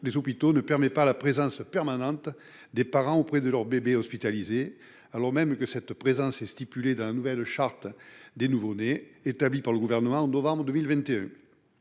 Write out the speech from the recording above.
des hôpitaux ne permet pas la présence permanente des parents auprès de leur bébé hospitalisé, alors même que cette présence est prévue dans la nouvelle charte du nouveau-né hospitalisé, établie par le Gouvernement en novembre 2021.